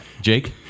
Jake